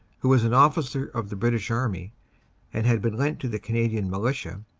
who was an officer of the british army and had been lent to the cana dian militia,